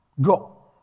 Go